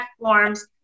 platforms